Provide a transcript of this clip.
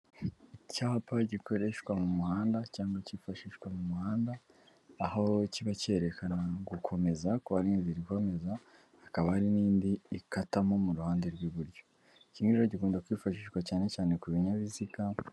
Icyapa gikoreshwa mu muhanda cyangwa cyifashishwa mu muhanda, aho kiba cyerekana gukomeza, ko hari inzira ikomeza, hakaba hari n'indi ikatamo mu ruhande rw'iburyo, kimwe rero gikunda kwifashishwa cyane cyane ku binyabiziga.